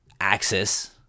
axis